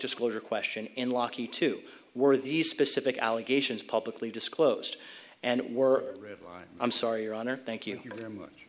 disclosure question in lokki two were these specific allegations publicly disclosed and we're readline i'm sorry your honor thank you very much